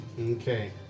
Okay